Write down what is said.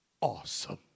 Awesome